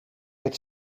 het